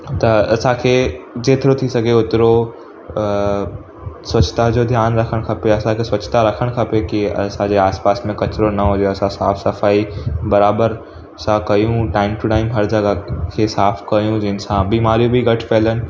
त असांखे जेतिरो थी सघे ओतिरो स्वछता जो ध्यानु रखणु खपे असांखे स्वछता रखणु खपे की असांजे आसिपासि में कचिरो न हुजे असां साफ़ु सफ़ाई बराबरि सां कयूं टाइम टू टाइम हर जॻह खे साफ़ु कयूं जिनि सां बीमारी बि घटि फहिलनि